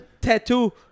tattoo